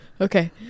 Okay